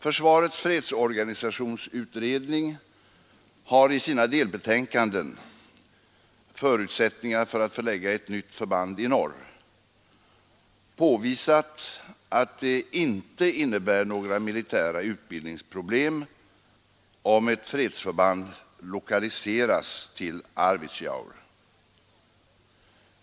Försvarets fredsorganisationsutredning har i sina delbetänkanden angående förutsättningarna för att förlägga ett nytt förband i norr påvisat att det inte innebär några militära utbildningsproblem om ett fredsförband lokaliseras till Arvidsjaur.